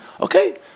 Okay